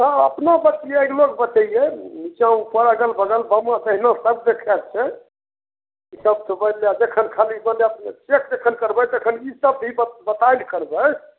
हँ अपनो बची अगलोके बचैइए नीचाँ ऊपर अगल बगल बामा दाहिना सब देखयके छै ईसब बैचि जायब जखन खाली बोलय चेक जखन करबै तखन ईसब भी बतायल करबै